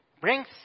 brings